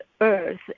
earth